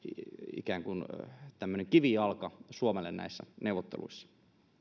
ikään kuin kivijalka suomelle näissä neuvotteluissa